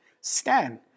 stand